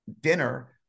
dinner